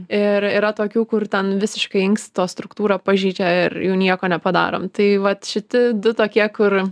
ir yra tokių kur ten visiškai inksto struktūrą pažeidžia ir jau nieko nepadarom tai vat šiti du tokie kur